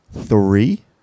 three